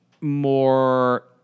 more